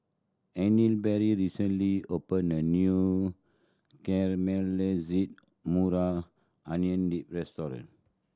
recently opened a new Caramelized Onion Dip restaurant